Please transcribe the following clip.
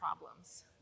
problems